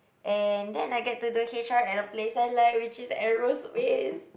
and then I get to do H_R at a place I like which is aerospace